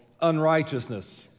unrighteousness